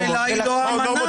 השאלה היא לא האמנה